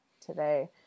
today